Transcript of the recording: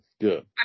good